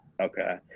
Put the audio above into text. okay